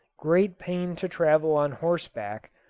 great pain to travel on horseback,